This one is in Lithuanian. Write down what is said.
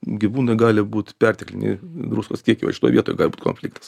gyvūnui gali būti pertekliniai druskos kiekiai va šitoj vietoj gali būt konfliktas